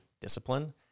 discipline